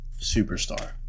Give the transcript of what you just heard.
superstar